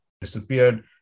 disappeared